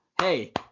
hey